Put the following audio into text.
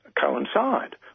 coincide